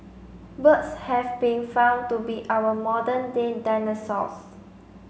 birds have been found to be our modern day dinosaurs